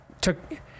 Took